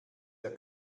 der